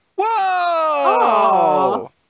Whoa